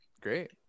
great